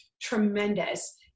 tremendous